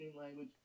language